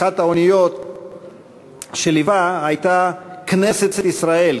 אחת האוניות שליווה הייתה "כנסת ישראל",